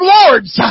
lords